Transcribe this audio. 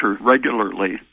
regularly